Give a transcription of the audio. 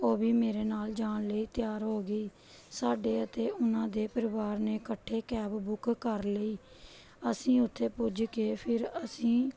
ਉਹ ਵੀ ਮੇਰੇ ਨਾਲ ਜਾਣ ਲਈ ਤਿਆਰ ਹੋ ਗਈ ਸਾਡੇ ਇੱਥੇ ਉਹਨਾਂ ਦੇ ਪਰਿਵਾਰ ਨੇ ਇਕੱਠੇ ਕੈਬ ਬੁੱਕ ਕਰ ਲਈ ਅਸੀਂ ਉੱਥੇ ਪੁੱਜ ਕੇ ਫਿਰ ਅਸੀਂ